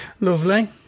lovely